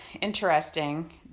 interesting